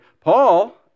Paul